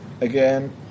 again